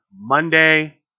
Monday